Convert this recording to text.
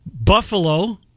Buffalo